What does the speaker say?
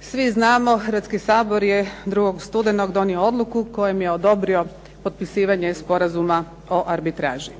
svi znamo, Hrvatski sabor je 2. studenog donio odluku kojom je odobrio potpisivanje Sporazuma o arbitraži.